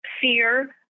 fear